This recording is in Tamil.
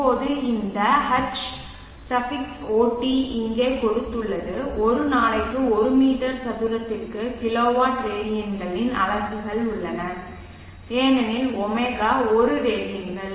இப்போது இந்த Hot இங்கே கொடுத்துள்ளது ஒரு நாளைக்கு ஒரு மீட்டர் சதுரத்திற்கு கிலோவாட் ரேடியன்களின் அலகுகள் உள்ளன ஏனெனில் ω ஒரு ரேடியன்கள்